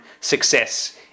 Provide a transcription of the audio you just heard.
success